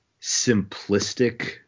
simplistic